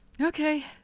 Okay